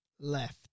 left